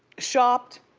shopped,